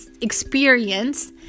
experience